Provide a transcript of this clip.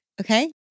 okay